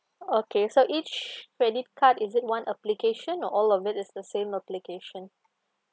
okay so each credit card is it one application or all of it is the same application